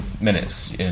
minutes